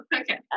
Okay